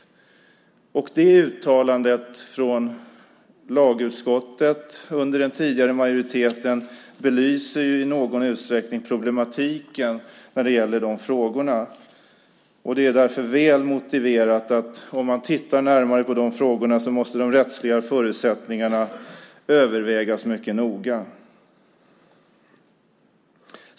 Det uttalandet från lagutskottet under den tidigare majoriteten belyser i någon utsträckning problematiken i de frågorna. Det är därför väl motiverat att de rättsliga förutsättningarna måste övervägas mycket noga om man tittar närmare på de frågorna.